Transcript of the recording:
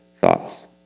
thoughts